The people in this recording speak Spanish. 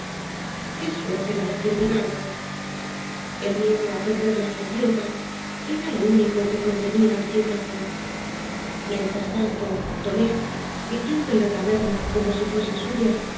qué suerte la de aquel bigardo el miedo á perder la sequidta era lo único que contenía al tío paco mientras tanto tonet viviendo en la taberna como si fuese suya